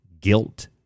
guilt